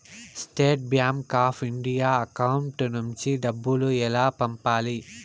State Bank of India account నుంచి డబ్బులు ఎలా పంపాలి?